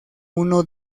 uno